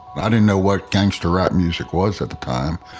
i didn't know what gangsta rap music was at the time.